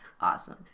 awesome